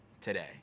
today